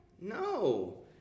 No